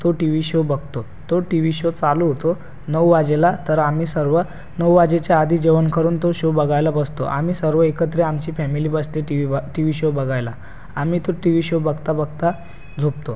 तो T V show बघतो तो टीव्ही शो चालू होतो नऊ वाजेला तर आम्ही सर्व नऊ वाजायच्या आधी जेवण करून तो शो बघायला बसतो आम्ही सर्व एकत्र आमची फॅमिली बसते टी व्ही ब टी व्ही शो बघायला आम्ही तो टी व्ही शो बघता बघता झोपतो